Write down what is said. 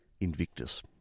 Invictus